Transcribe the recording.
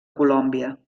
colòmbia